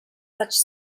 such